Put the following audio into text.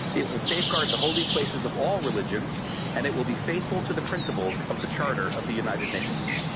it will safeguard the holy places of all religions and it will be faithful to the principles of the charter of the united nations.